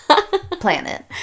planet